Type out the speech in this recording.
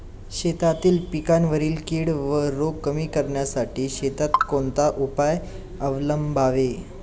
शेतातील पिकांवरील कीड व रोग कमी करण्यासाठी शेतात कोणते उपाय अवलंबावे?